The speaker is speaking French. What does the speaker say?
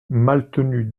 maltenu